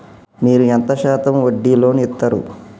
మీరు ఎంత శాతం వడ్డీ లోన్ ఇత్తరు?